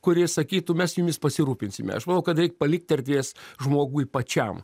kuri sakytų mes jumis pasirūpinsime aš manau kad reik palikt erdvės žmogui pačiam